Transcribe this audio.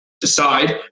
decide